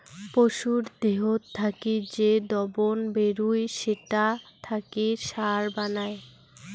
পশুর দেহত থাকি যে দবন বেরুই সেটা থাকি সার বানায়